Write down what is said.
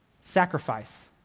sacrifice